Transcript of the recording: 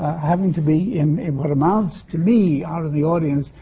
having to be in in what amounts to me, out of the audience,